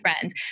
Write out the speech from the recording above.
friends